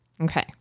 Okay